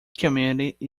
community